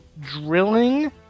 drilling